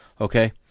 okay